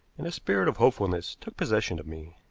and a spirit of hopefulness took possession of me.